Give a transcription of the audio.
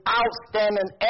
outstanding